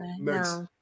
Next